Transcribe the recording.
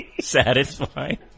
Satisfied